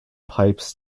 pipes